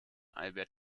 albert